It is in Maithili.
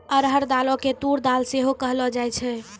अरहर दालो के तूर दाल सेहो कहलो जाय छै